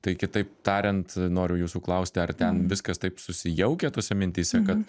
tai kitaip tariant noriu jūsų klausti ar ten viskas taip susijaukia tose mintyse kad